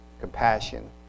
compassion